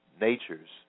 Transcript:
nature's